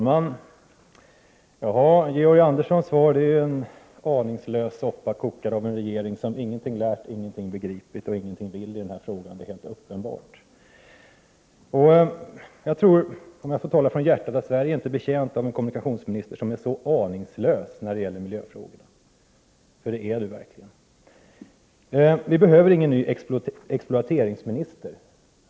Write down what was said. Fru talman! Georg Anderssons svar utgör en aningslös soppa kokad av en regering som ingenting lärt, ingenting begripit och ingenting vill i den här frågan. Det är helt uppenbart. Om jag får tala från hjärtat tror jag inte att Sverige är betjänt av en kommunikationsminister som är så aningslös när det gäller miljöfrågorna, för det är han verkligen. Vi behöver inte någon ny exploateringsminister.